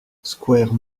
square